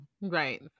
Right